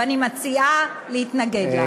ואני מציעה להתנגד לה.